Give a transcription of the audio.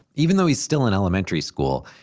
even though he's still in elementary school,